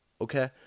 okay